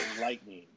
Lightning